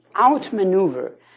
outmaneuver